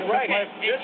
Right